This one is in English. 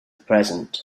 present